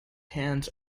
hands